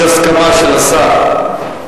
יש הסכמה של השר.